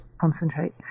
concentrate